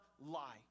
lie